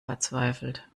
verzweifelt